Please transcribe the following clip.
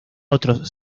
otros